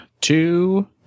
two